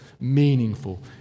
meaningful